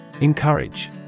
Encourage